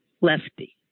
Lefty